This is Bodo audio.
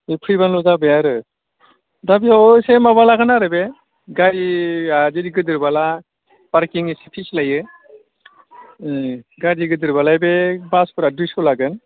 बे फैबाल' जाबाय आरो दा बेयाव एसे माबा लागोन आरो बे गारिया जुदि गोदोरबोला पारकिंनि फिस लायो ए गारि गोदोरबालाय बे बासफोरा दुइस' लागोन